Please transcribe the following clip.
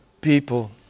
people